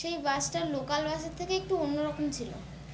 সেই বাসটা লোকাল বাসের থেকে একটু অন্যরকম ছিল